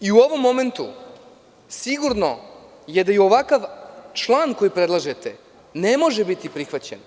U ovom momentu je sigurno da ovakav član koji predlažete ne može biti prihvaćen.